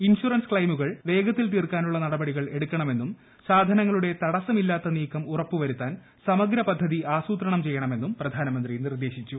ഇൻഷുറൻ ക്ലൈമുകൾ വേഗത്തിൽ തീർക്കാനുള്ള നടപടികൾ എടുക്കാമെന്നും സാധനങ്ങളുടെ തടസ്സമില്ലാത്ത നിക്കം ഉറപ്പു വരുത്താൻ സമഗ്രപദ്ധതി ആസൂത്രണം ചെയ്യണമെന്നും പ്രധാനമന്ത്രി നിർദ്ദേശിച്ചു